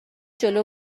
جلو